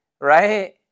right